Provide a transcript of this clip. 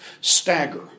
Stagger